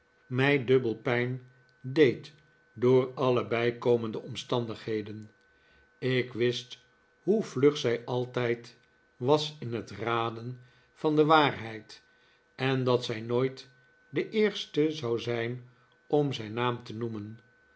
mij dubbel pijn deed door alle bijkomende omstandiheden ik wist hoe vlug zij altijd was in het raden van de waarheid en dat zij nooit de eerste zou zijn om zijn naam te noemen